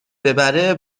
ببره